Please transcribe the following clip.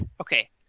okay